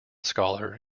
scholar